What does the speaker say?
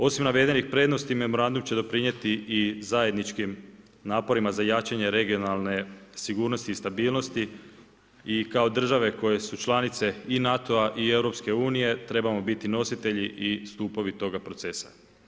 Osim navedenih prednosti, memorandum će doprinijeti i zajedničkim naporima za jačanje regionalne sigurnosti i stabilnosti i kao države koje su članice i NATO-a i EU trebamo biti nositelji i stupovi toga procesa.